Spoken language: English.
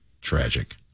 tragic